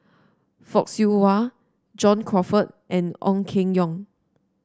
Fock Siew Wah John Crawfurd and Ong Keng Yong